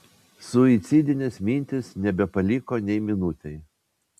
suicidinės mintys nebepaliko nei minutei